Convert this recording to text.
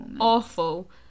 awful